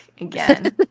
again